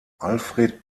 alfred